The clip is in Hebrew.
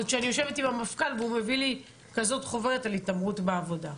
ישבתי עם המפכ"ל והוא הביא לי חוברת על התעמרות בעבודה,